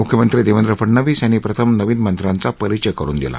मुख्यमंत्री देवेंद्र फडणवीस यांनी प्रथम नवीन मंत्र्यांच्या परिचय करुन दिला